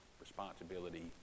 Responsibility